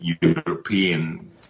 European